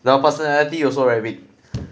the personality also very big